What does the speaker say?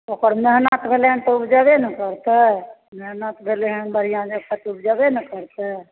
ओकर मेहनत भेलै हँ तऽ उपजेबे ने करतै मेहनत भेलै हँ बढ़िऑं जकाँ तऽ उपजबै ने करतै